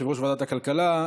יושב-ראש ועדת הכלכלה.